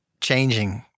changing